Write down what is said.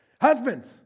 Husbands